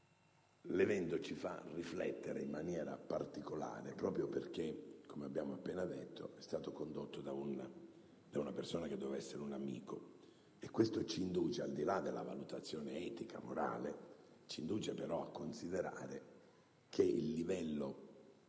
L'evento ci fa riflettere in maniera particolare proprio perché, come abbiamo appena detto, l'azione è stata condotta da una persona che doveva essere un amico. Questo ci induce, al di là della valutazione etica e morale, a considerare che il livello